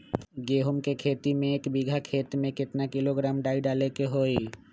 गेहूं के खेती में एक बीघा खेत में केतना किलोग्राम डाई डाले के होई?